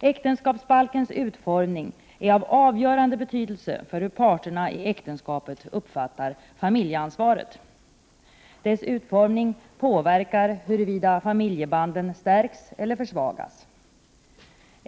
Äktenskapsbalkens utformning är av avgörande betydelse för hur parterna i äktenskapet uppfattar familjeansvaret. Dess utformning påverkar huruvida familjebanden stärks eller försvagas.